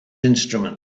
instrument